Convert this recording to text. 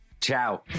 Ciao